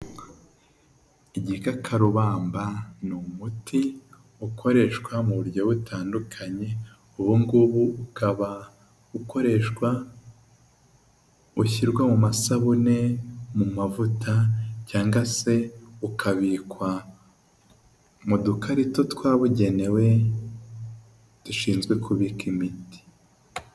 Igikakarubamba ni umuti ukoreshwa mu buryo butandukanye ubungubu bukaba bukoreshwa ushyirwa mu masabune, mu mavuta cyangwa se ukabikwa mu dukarito twabugenewe dushinzwe kubika imiti.